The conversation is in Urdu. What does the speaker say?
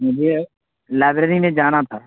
مجھے لائبریری میں جانا تھا